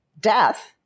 death